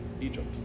Egypt